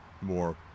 more